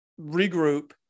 regroup